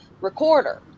recorder